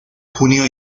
junio